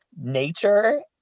nature